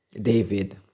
David